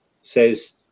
says